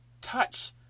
Touch